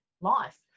life